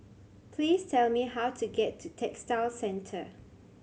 please tell me how to get to Textile Centre